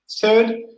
Third